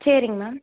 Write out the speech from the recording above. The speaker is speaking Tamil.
சரிங்க மேம்